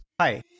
Hi